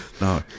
No